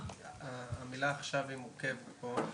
המילה עכשיו היא מורכבות פה,